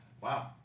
Wow